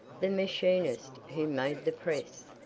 the machinist who made the press,